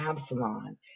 Absalom